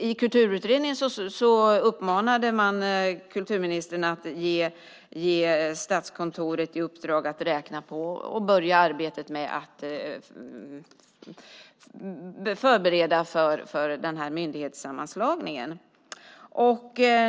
I Kulturutredningen uppmanar man kulturministern att ge Statskontoret i uppdrag att räkna på och börja arbetet med att förbereda för myndighetssammanslagningen.